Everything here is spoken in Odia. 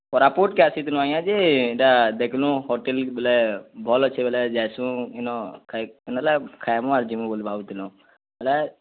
କୋରାପୁଟ୍କେ ଆସିଥିଲୁଁ ଆଜ୍ଞା ଯେ ଏଇଟା ଦେଖ୍ଲୁଁ ହୋଟେଲ୍ ବୋଇଲେ ଭଲ୍ ଅଛେ ବୋଇଲେ ଯାଏସୁଁ ଇନ ଖାଇମୁଁ ଆର୍ ଯିମୁଁ ବୋଲି ଭାବୁଥିଲୁ ବୋଇଲେ